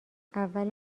اول